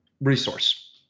resource